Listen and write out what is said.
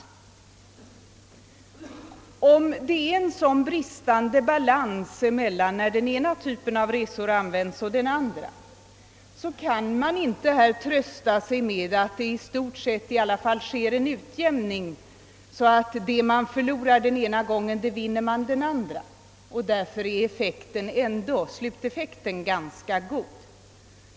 Om det är en sådan bristande balans mellan den ena och den andra typen av resor kan man inte trösta sig med att det i alla fall i stort sett har skett en utjämning på så sätt att vad som förloras den ena gången vinns den andra, varför sluteffekten ändå blir ganska god.